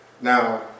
Now